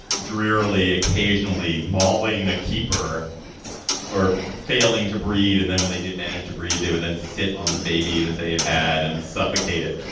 drearily occasionally mauling a keeper or failing to breed and then when they did manage to breed they would then sit on the baby that they had had and suffocated.